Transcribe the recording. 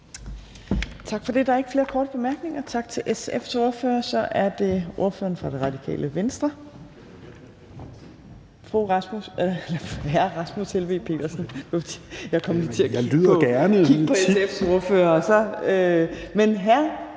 Tak for det. Der er ikke flere korte bemærkninger, så vi siger tak til SF's ordfører. Så er det ordføreren for Radikale Venstre,